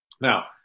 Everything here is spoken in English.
Now